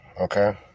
okay